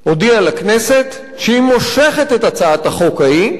הודיעה לכנסת שהיא מושכת את הצעת החוק ההיא,